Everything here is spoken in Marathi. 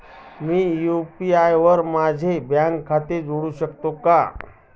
मी यु.पी.आय वर माझे बँक खाते जोडू शकतो का?